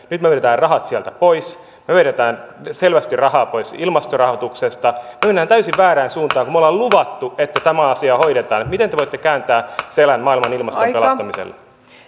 nyt me vedämme rahat sieltä pois me vedämme selvästi rahaa pois ilmastorahoituksesta me menemme täysin väärään suuntaan me olemme luvanneet että tämä asia hoidetaan miten te voitte kääntää selän maailman ilmaston pelastamiselle